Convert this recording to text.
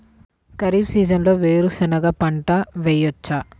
ఖరీఫ్ సీజన్లో వేరు శెనగ పంట వేయచ్చా?